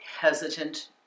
hesitant